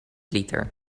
liter